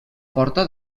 porta